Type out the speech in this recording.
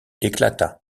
éclata